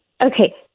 Okay